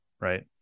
right